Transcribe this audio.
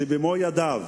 שבמו-ידיו